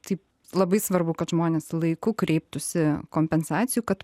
taip labai svarbu kad žmonės laiku kreiptųsi kompensacijų kad